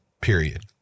period